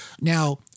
now